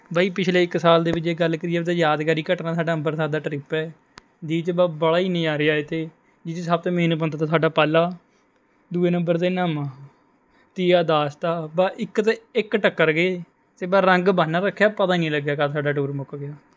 ਬਾਈ ਪਿਛਲੇ ਇੱਕ ਸਾਲ ਦੇ ਵਿੱਚ ਜੇ ਗੱਲ ਕਰੀਏ ਤਾਂ ਯਾਦਗਾਰੀ ਘਟਨਾ ਸਾਡਾ ਅੰਬਰਸਰ ਦਾ ਟਰਿਪ ਹੈ ਜਿਹ 'ਚ ਬ ਬਾਹਲ਼ਾ ਹੀ ਨਜਾਰੇ ਆਏ ਤੇ ਜਿਹ 'ਚ ਸਭ ਤੇ ਮੇਨ ਬੰਦਾ ਤਾਂ ਸਾਡਾ ਪਾਲਾ ਦੂਏ ਨੰਬਰ 'ਤੇ ਨਾਮਾ ਤੀਆ ਦਾਸਤਾ ਬਾ ਇੱਕ ਤੇ ਇੱਕ ਟੱਕਰ ਗਏ ਅਤੇ ਬ ਰੰਗ ਬੰਨ ਰੱਖਿਆ ਪਤਾ ਹੀ ਨੀ ਲੱਗਿਆ ਕਦ ਸਾਡਾ ਟੂਰ ਮੁੱਕ ਗਿਆ